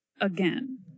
again